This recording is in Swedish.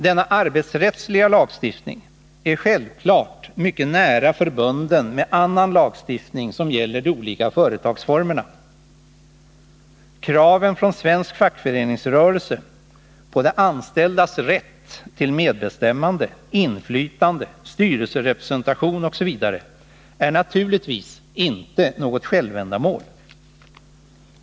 Denna arbetsrättsliga lagstiftning är självfallet mycket nära förbunden med annan lagstiftning som gäller de olika företagsformerna. Kraven från svensk fackföreningsrörelse på de anställdas rätt till medbestämmande, inflytande, styrelserepresentation osv. är naturligtvis inte något självändamål.